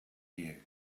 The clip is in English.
you